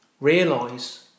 Realise